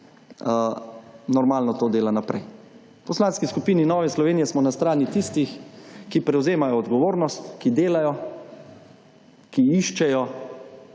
normalno to dela naprej. V Poslanski skupini NSi smo na strani tistih, ki prevzemajo odgovornost, ki delajo, ki iščejo